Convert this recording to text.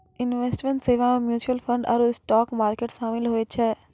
investment सेबा मे mutual fund आरु स्टाक मार्केट शामिल होय छै